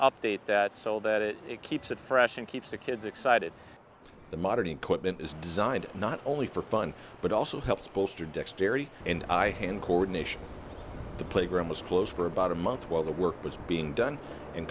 update that so that it keeps it fresh and keeps the kids excited the modern equipment is designed not only for fun but also helps bolster dexterity in the eye hand coordination the playground was closed for about a month while the work was being done